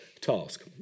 task